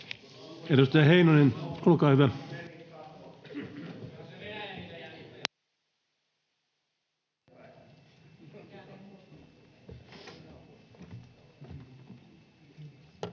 Edustaja Heinonen, olkaa hyvä.